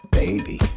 baby